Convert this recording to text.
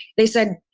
they said,